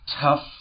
tough